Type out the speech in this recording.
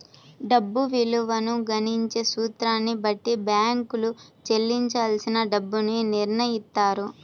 డబ్బు విలువను గణించే సూత్రాన్ని బట్టి బ్యేంకులు చెల్లించాల్సిన డబ్బుని నిర్నయిత్తాయి